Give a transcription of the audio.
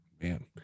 Man